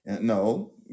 No